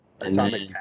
Atomic